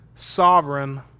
sovereign